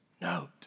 note